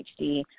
HD